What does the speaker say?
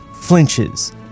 flinches